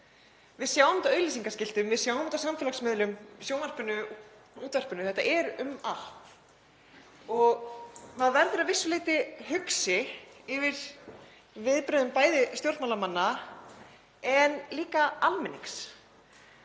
Við sjáum þetta á auglýsingaskiltum, við sjáum þetta á samfélagsmiðlum, í sjónvarpinu og útvarpinu. Þetta er um allt. Maður verður að vissu leyti hugsi yfir viðbrögðum stjórnmálamanna en líka almennings.